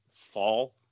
fall